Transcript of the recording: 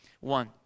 One